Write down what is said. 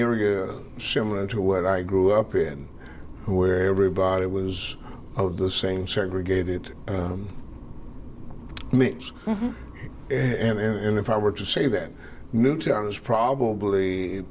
area similar to what i grew up in where everybody was of the same segregated mix and if i were to say that newtown is probably